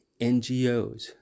NGOs